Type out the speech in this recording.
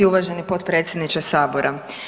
Uvaženi potpredsjedniče Sabora.